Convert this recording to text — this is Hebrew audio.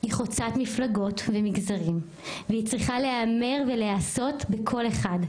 היא חוצת מפלגות ומגזרים והיא צריכה להיאמר ולהיעשות בקול אחד,